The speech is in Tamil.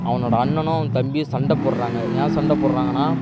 அவனோடய அண்ணனும் தம்பியும் சண்டை போடுறாங்க ஏன் சண்டை போடுறாங்கன்னா